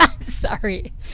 Sorry